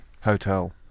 hotel